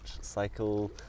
cycle